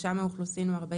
זה,